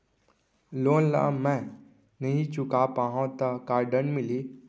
Loan ला मैं नही चुका पाहव त का दण्ड मिलही?